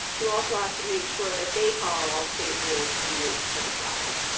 you also have to make sure that they follow all state rules and rates for the travel.